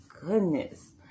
goodness